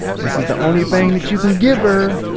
this is the only thing that you can give her.